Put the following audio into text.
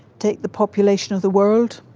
take the population of the world,